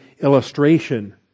illustration